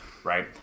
Right